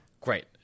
Great